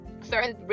certain